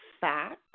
facts